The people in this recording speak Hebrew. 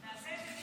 נעשה את זה.